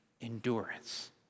endurance